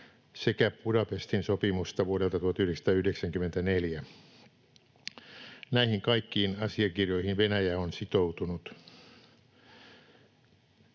sekä Budapestin sopimusta vuodelta 1994. Näihin kaikkiin asiakirjoihin Venäjä on sitoutunut.